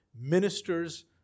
ministers